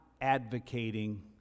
advocating